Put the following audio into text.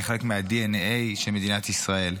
כחלק מהדנ"א של מדינת ישראל: